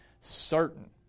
certain